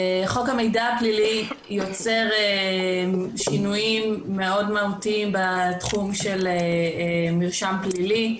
חוק המידע הפלילי יוצר שינויים מאוד מהותיים בתחום של מרשם פלילי,